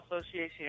association